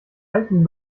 alten